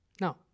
Now